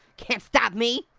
can't stop me.